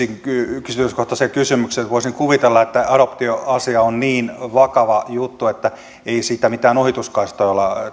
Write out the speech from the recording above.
yksityiskohtaiseen kysymykseen voisin kuvitella että adoptioasia on niin vakava juttu että ei siinä mitään ohituskaistaa ole